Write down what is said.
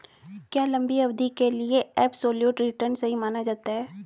क्या लंबी अवधि के लिए एबसोल्यूट रिटर्न सही माना जाता है?